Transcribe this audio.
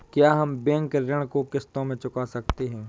क्या हम बैंक ऋण को किश्तों में चुका सकते हैं?